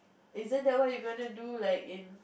isn't that what you gonna do like in